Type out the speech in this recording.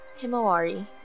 Himawari